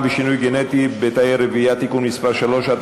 ושינוי גנטי בתאי רבייה) (תיקון מס' 3),